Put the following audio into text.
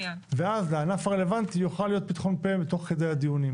ואז לענף הרלוונטי יוכל להיות פתחון פה בתוך חדרי הדיונים.